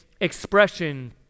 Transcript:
expression